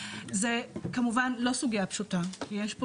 זו כמובן לא סוגייה פשוטה, כי יש פה